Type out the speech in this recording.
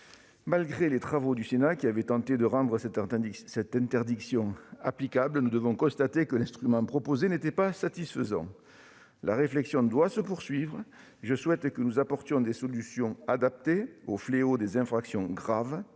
Malgré les travaux du Sénat, qui avait tenté de rendre cette interdiction applicable, nous devons constater que l'instrument proposé n'était pas satisfaisant. La réflexion doit se poursuivre. Je souhaite que nous apportions des solutions adaptées au fléau des infractions graves,